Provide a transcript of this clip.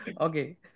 Okay